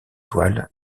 toiles